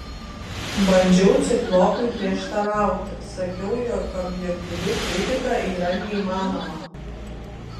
bandžiau ciklopui prieštarauti sakiau jog objektyvi kritika yra neįmanoma